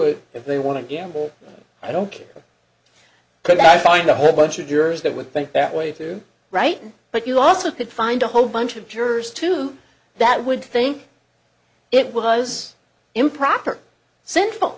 it if they want to gamble i don't care could i find a whole bunch of yours that would think that way through right but you also could find a whole bunch of jurors too that would think it was improper sinful